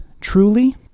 truly